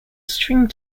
string